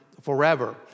forever